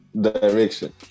direction